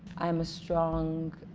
i am a strong